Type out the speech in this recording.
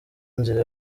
nzira